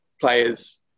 players